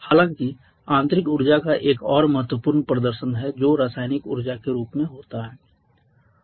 हालांकि आंतरिक ऊर्जा का एक और महत्वपूर्ण प्रदर्शन है जो रासायनिक ऊर्जा के रूप में होता है